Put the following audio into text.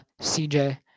CJ